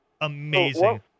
Amazing